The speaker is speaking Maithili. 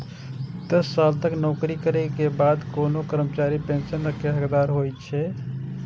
दस साल तक नौकरी करै के बाद कोनो कर्मचारी पेंशन के हकदार होइ छै